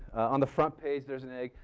on the front page there's an egg,